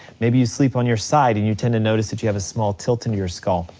maybe you sleep on your side, and you tend to notice that you have a small tilt in your skull.